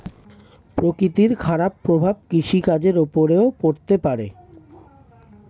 প্রকৃতির খারাপ প্রভাব কৃষিকাজের উপরেও পড়তে পারে